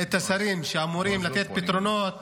את השרים שאמורים לתת פתרונות